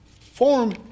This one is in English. form